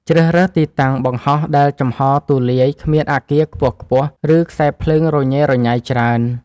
ជ្រើសរើសទីតាំងបង្ហោះដែលចំហរទូលាយ គ្មានអាគារខ្ពស់ៗ ឬខ្សែភ្លើងរញ៉េរញ៉ៃច្រើន។